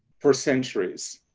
for centuries.